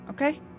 Okay